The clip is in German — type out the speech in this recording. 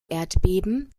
erdbeben